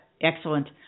Excellent